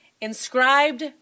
inscribed